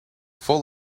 full